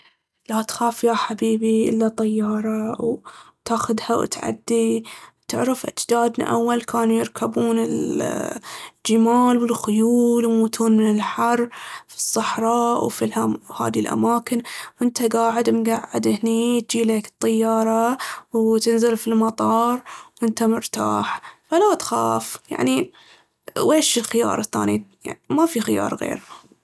لا تخاف يا حبيبي الا طيارة، وتاخذها وتعدي. تعرف أجدادنا أول كانوا يركبون ال- الجمال والخيول ويموتون من الحر في الصحراء وفي اله- في هاذي الأماكن. وانته قاعد مقعد هني تجي ليك الطيارة وتنزل في المطار وانته مرتاح. فلا تخاف، يعني ويش الخيار الثاني؟ ما في خيار غير.